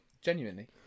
Genuinely